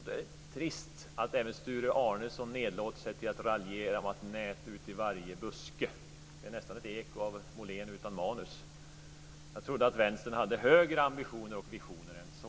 Det är trist att även Sture Arnesson nedlåter sig till att raljera om "nät ut i varenda buske". Det är nästan ett eko av Molén utan manus. Jag trodde att Vänstern hade högre ambitioner och visioner än så.